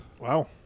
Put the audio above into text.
Wow